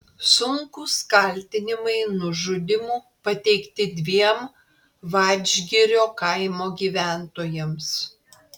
sunkūs kaltinimai nužudymu pateikti dviem vadžgirio kaimo gyventojams